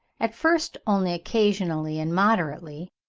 at first only occasionally and moderately,